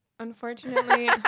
unfortunately